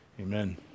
Amen